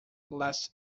last